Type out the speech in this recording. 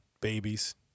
babies